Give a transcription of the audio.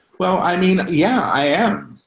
well, i mean, yeah, i am.